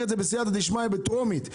את זה בסיעתא דשמיא בקריאה הטרומית,